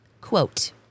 Quote